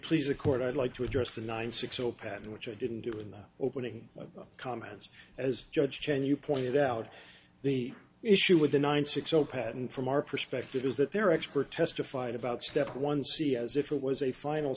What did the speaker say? please a court i'd like to address the nine six zero padding which i didn't do in the opening comments as judge chain you pointed out the issue with the nine six zero patent from our perspective is that their expert testified about step one see as if it was a final